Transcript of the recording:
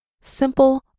simple